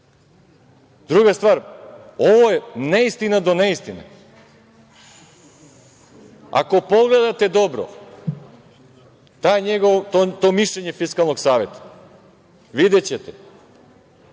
savet. Druga stvar, ovo je neistina do neistine. Ako pogledate dobro to mišljenje Fiskalnog saveta videćete